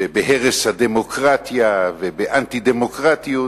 ובהרס הדמוקרטיה ובאנטי-דמוקרטיות,